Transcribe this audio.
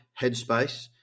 headspace